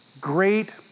great